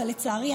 אבל לצערי,